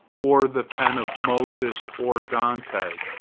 or the pen of moses or dante,